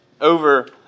over